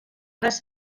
res